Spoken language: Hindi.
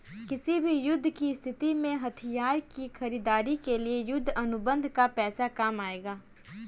किसी भी युद्ध की स्थिति में हथियार की खरीदारी के लिए युद्ध अनुबंध का पैसा काम आएगा